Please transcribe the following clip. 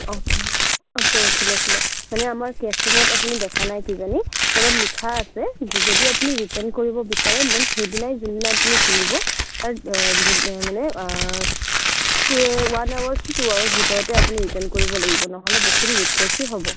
অঁ অঁ অঁ পৰখি লৈছিলে মানে আমাৰ কেচ মেম'ত আপুনি দেখা নাই কিজানি তলত লিখা আছে য যদি আপুনি ৰিটাৰ্ণ কৰিব বিচাৰে দেন সেইদিনাই যোনদিনা আপুনি কিনিব তাৰ দু মানে two one hours two two hours ভিতৰতে আপুনি ৰিটাৰ্ণ কৰিব লাগিব নহ'লে বস্তুটো ৰিপ্লেচহে হ'ব